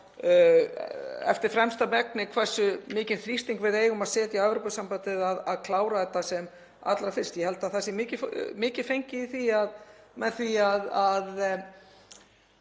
eftir fremsta megni hversu mikinn þrýsting við eigum að setja á Evrópusambandið að klára þetta sem allra fyrst. Ég held að það sé mikið fengið með því að